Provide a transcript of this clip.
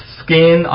skin